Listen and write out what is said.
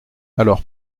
alors